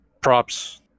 props